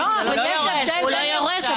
הוא לא יורש,